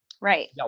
Right